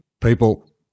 people